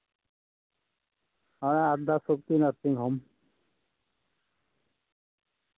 ᱦᱮᱸ ᱟᱫᱽᱫᱟᱥᱚᱠᱛᱤ nursing home